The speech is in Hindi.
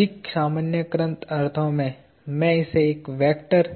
अधिक सामान्यीकृत अर्थों में मैं इसे एक वेक्टर